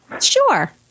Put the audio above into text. Sure